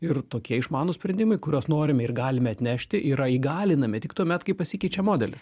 ir tokie išmanūs sprendimai kuriuos norime ir galime atnešti yra įgalinami tik tuomet kai pasikeičia modelis